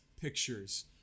pictures